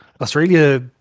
Australia